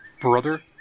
brother